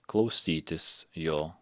klausytis jo